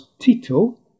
Tito